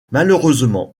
malheureusement